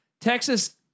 Texas